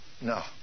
No